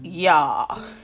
y'all